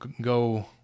go